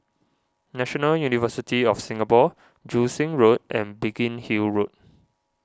National University of Singapore Joo Seng Road and Biggin Hill Road